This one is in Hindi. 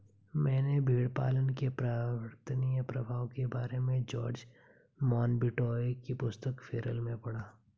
मैंने भेड़पालन के पर्यावरणीय प्रभाव के बारे में जॉर्ज मोनबियोट की पुस्तक फेरल में पढ़ा